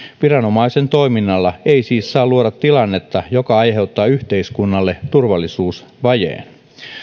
viranomaisen toiminnalla ei siis saa luoda tilannetta joka aiheuttaa yhteiskunnalle turvallisuusvajeen